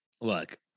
Look